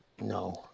No